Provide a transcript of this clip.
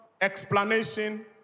explanation